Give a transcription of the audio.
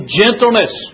gentleness